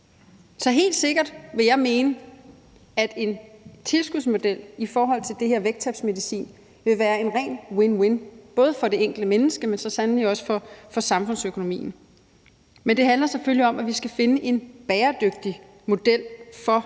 Så helt sikkert vil jeg mene, at en tilskudsmodel i forbindelse med den her vægttabsmedicin vil være en ren win-win-situation, både for det enkelte menneske, men så sandelig også for samfundsøkonomien. Men det handler selvfølgelig om, at vi skal finde en bæredygtig model for tilskuddet.